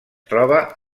troba